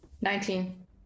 Nineteen